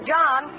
John